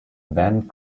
van